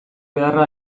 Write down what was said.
beharra